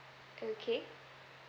okay